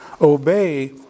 Obey